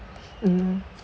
mm